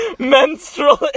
MENSTRUAL